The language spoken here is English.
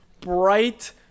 bright